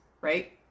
right